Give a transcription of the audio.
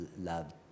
love